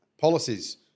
policies